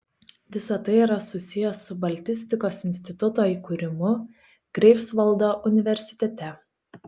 visa tai yra susiję su baltistikos instituto įkūrimu greifsvaldo universitete